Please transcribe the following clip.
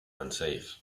unsafe